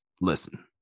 listen